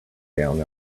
down